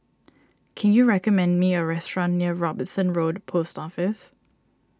can you recommend me a restaurant near Robinson Road Post Office